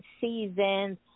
seasons